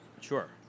Sure